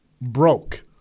Broke